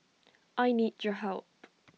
I need your help